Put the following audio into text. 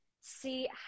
see